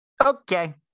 okay